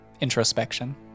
introspection